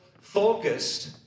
focused